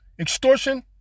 Extortion